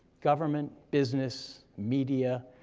government, business, media,